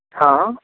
हँ